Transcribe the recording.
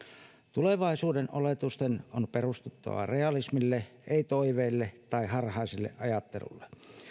tulevaisuuden oletusten on perustuttava realismille ei toiveille tai harhaiselle ajattelulle